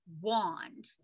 wand